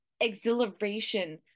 exhilaration